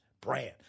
brand